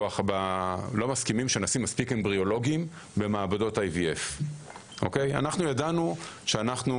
לא מסכימים שנשים מספיק אימבריולוגים במעבדות IVF. ידענו שאנחנו